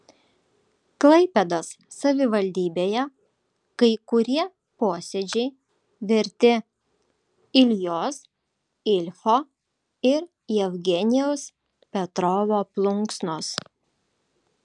klaipėdos savivaldybėje kai kurie posėdžiai verti iljos ilfo ir jevgenijaus petrovo plunksnos